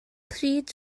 pryd